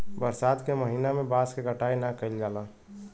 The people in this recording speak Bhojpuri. बरसात के महिना में बांस क कटाई ना कइल जाला